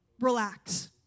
Relax